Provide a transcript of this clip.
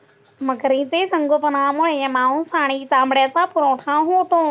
मगरीचे संगोपनामुळे मांस आणि चामड्याचा पुरवठा होतो